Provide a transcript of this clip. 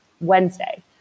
Wednesday